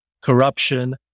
corruption